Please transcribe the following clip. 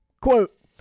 Quote